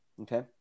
okay